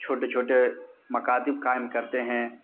چھوٹے چھوٹے مکاتب قائم کرتے ہیں